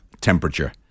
temperature